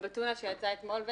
ובטונה שיצאה אתמול,